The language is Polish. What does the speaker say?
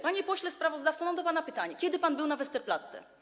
Panie pośle sprawozdawco, mam do pana pytanie: Kiedy pan był na Westerplatte?